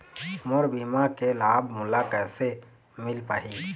मोर बीमा के लाभ मोला कैसे मिल पाही?